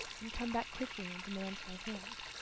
and come back quickly and demand my hand.